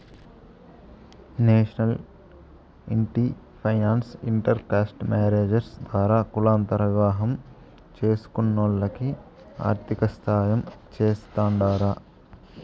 national ఇంటి finance inter caste marriages ద్వారా కులాంతర వివాహం చేస్కునోల్లకి ఆర్థికసాయం చేస్తాండారు